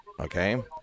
Okay